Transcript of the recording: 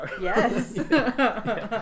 Yes